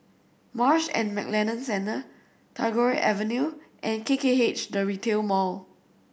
Marsh and McLennan Centre Tagore Avenue and K K H The Retail Mall